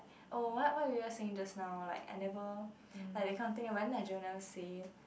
oh what what you guy saying just now like I never like that kind of thing but then like jerome never say